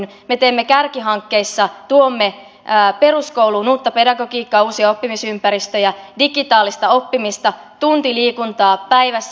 me teemme kärkihankkeissa tuomme peruskouluun uutta pedagogiikkaa uusia oppimisympäristöjä digitaalista oppimista tunti liikuntaa päivässä